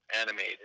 animated